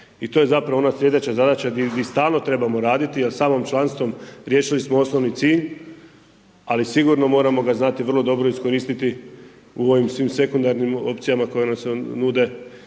I to je zapravo ona sljedeća zadaća di stalno trebamo raditi jer sami članstvom, riješili smo osnovni cilj, ali sigurno moramo ga znati vrlo dobro iskoristiti u ovim svim sekundarnim opcijama koje se nude